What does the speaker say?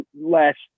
last